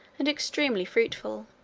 and extremely fruitful